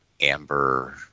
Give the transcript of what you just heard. amber